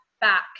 back